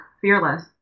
Fearless